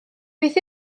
beth